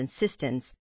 insistence